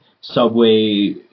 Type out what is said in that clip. subway